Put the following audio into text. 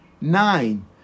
Nine